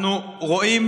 אנחנו רואים